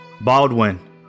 Baldwin